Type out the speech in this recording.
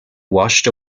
washed